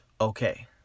okay